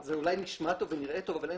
זה אולי נשמע טוב ונראה טוב אבל אין